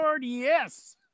yes